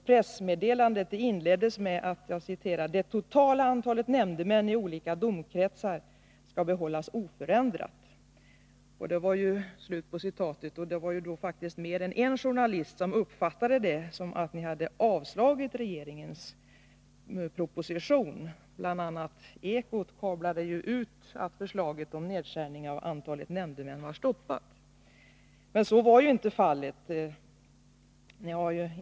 Pressmeddelandet inleddes med att ”det totala antalet nämndemän i olika domkretsar skall behållas oförändrat”. Det var då faktiskt mer än en journalist som uppfattade det som att utskottet hade avstyrkt regeringens proposition. Bl. a. Ekot kablade ut att förslaget om nedskärning av antalet nämndemän var stoppat. Men så var inte fallet.